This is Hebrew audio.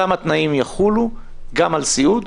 אותם התנאים יחולו גם על סיעוד,